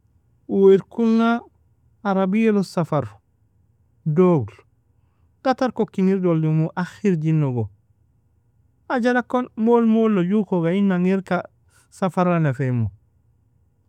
Uu irkona arabia log sfarro, doglo, gatar ka ukka ingir dolimo, akhirjinog. Ajlakon mol molo jukoga iginan ghairka, safara nefaimu.